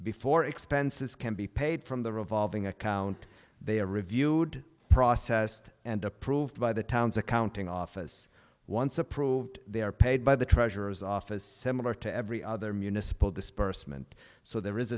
before expenses can be paid from the revolving account they are reviewed processed and approved by the town's accounting office once approved they are paid by the treasurer's office similar to every other municipal disbursement so there is